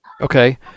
Okay